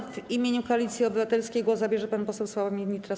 W imieniu Koalicji Obywatelskiej głos zabierze pan poseł Sławomir Nitras.